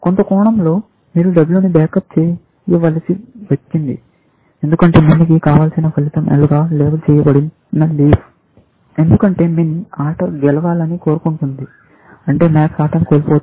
కొంత కోణంలో మీరు W ను బ్యాకప్ చేయవలసి వచ్చింది ఎందుకంటే MIN కి కావలసిన ఫలితం L గా లేబుల్ చేయబడిన లీఫ్ ఎందుకంటే MIN ఆట గెలవాలని కోరుకుంటుంది అంటే MAX ఆటను కోల్పోతుంది